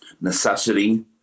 Necessity